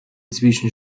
zwischen